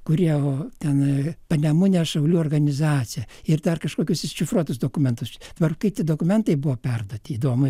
kurie ten panemunė šaulių organizacija ir dar kažkokius iššifruotus dokumentus va ir kaip tie dokumentai buvo perduoti įdomu ir